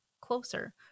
closer